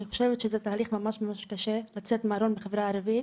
אני חושבת שזה תהליך ממש ממש קשה לצאת מהארון בחברה הערבית,